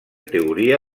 teoria